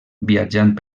viatjant